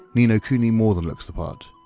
ni no kuni more than looks the part.